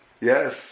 Yes